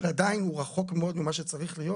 אבל עדיין הוא רחוק מאוד ממה שצריך להיות,